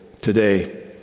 today